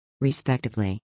Respectively